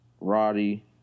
Roddy